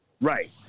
right